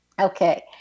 Okay